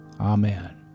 Amen